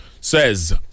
says